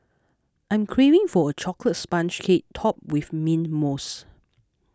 I am craving for a Chocolate Sponge Cake Topped with Mint Mousse